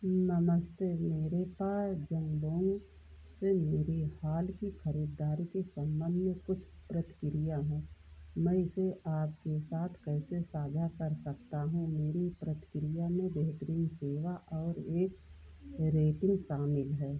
नमस्ते मेरे पास जैबोन्ग से मेरी हाल की खरीदारी के सम्बन्ध में कुछ प्रतिक्रिया है मैं इसे आपके साथ कैसे साझा कर सकता हूँ मेरी प्रतिक्रिया में बेहतरीन सेवा और एक रेटिन्ग शामिल है